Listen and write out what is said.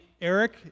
Eric